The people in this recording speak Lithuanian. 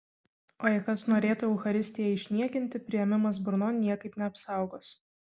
o jei kas norėtų eucharistiją išniekinti priėmimas burnon niekaip neapsaugos